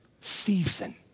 season